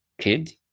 kid